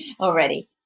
already